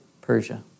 Persia